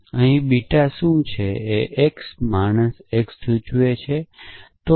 અહીં બીટા શું છે મોર્ટલx માણસ x જે મોર્ટલ x સૂચવે છે